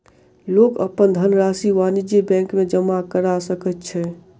लोक अपन धनरशि वाणिज्य बैंक में जमा करा सकै छै